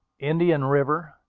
indian river,